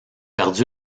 perdu